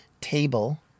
table